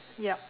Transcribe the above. yup